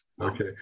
Okay